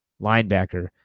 linebacker